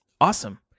awesome